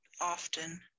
often